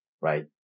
Right